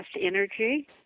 energy